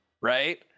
right